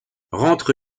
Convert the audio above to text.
rentre